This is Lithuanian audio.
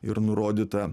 ir nurodyta